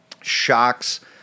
Shocks